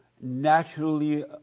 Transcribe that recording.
naturally